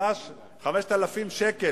5,000 שקל,